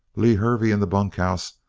lew hervey, in the bunkhouse,